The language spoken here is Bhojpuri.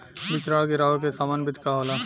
बिचड़ा गिरावे के सामान्य विधि का होला?